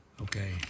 Okay